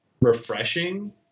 refreshing